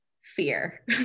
fear